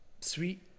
sweet